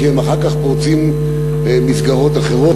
כי הם אחר כך פורצים מסגרות אחרות.